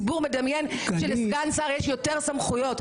הציבור מדמיין שלסגן שר יש יותר סמכויות.